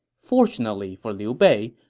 fortunately for liu bei,